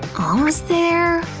almost there.